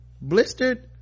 blistered